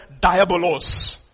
diabolos